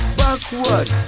backward